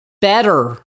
better